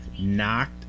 knocked